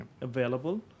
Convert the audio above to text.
available